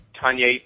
Tanya